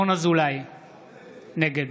נגד